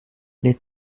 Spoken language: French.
les